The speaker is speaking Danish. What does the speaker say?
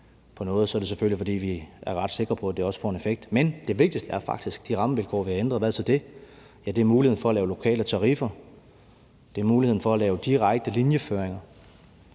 på noget, så er det selvfølgelig også, fordi vi er ret sikre på, at det får en effekt. Men det vigtigste er faktisk de rammevilkår, vi har ændret, og hvad er så de? Ja, det er muligheden for at lave lokale tariffer; det er muligheden for at lave direkte linjeføringer,